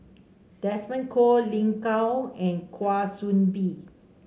Desmond Kon Lin Gao and Kwa Soon Bee